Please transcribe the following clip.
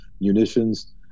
munitions